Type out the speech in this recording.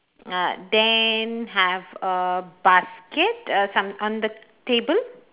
uh then have a basket uh some on the table